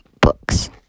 books